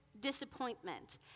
disappointment